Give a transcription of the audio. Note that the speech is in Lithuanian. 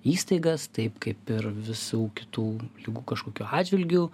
įstaigas taip kaip ir visų kitų ligų kažkokių atžvilgiu